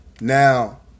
Now